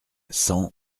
cent